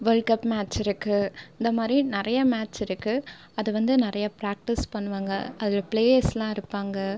world cup match இருக்குது இந்த மாதிரி நிறையா மேட்ச் இருக்குது அது வந்து நிறையா ப்ராக்டிஸ் பண்ணுவாங்க அதில் ப்ளேயர்ஸெல்லாம் இருப்பாங்க